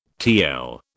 TL